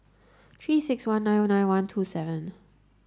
three six one nine nine one two seven